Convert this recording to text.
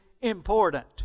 important